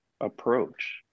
approach